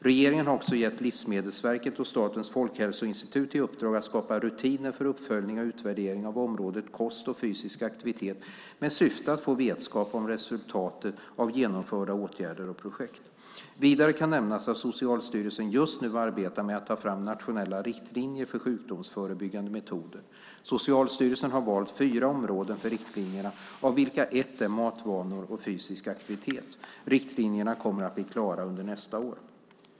Regeringen har också gett Livsmedelsverket och Statens folkhälsoinstitut i uppdrag att skapa rutiner för uppföljning och utvärdering på området kost och fysisk aktivitet med syfte att få vetskap om resultatet av genomförda åtgärder och projekt. Vidare kan nämnas att Socialstyrelsen just nu arbetar med att ta fram nationella riktlinjer för sjukdomsförebyggande metoder. Socialstyrelsen har valt fyra områden för riktlinjerna, av vilka ett är matvanor och fysisk aktivitet. Riktlinjerna kommer att bli klara under nästa år.